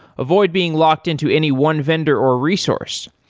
avoid being locked-in to any one vendor or resource.